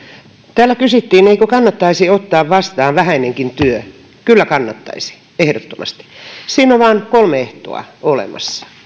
täällä kysyttiin eikö kannattaisi ottaa vastaan vähäinenkin työ kyllä kannattaisi ehdottomasti siinä on vain kolme ehtoa olemassa